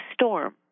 storm